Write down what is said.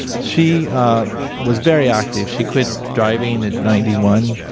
she was very active. she quit driving at ninety one.